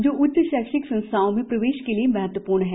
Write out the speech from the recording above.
जो उच्च शफ्तिक संस्थाओं में प्रवेश के लिए महत्वपूर्ण हैं